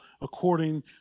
according